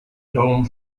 dome